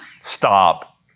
Stop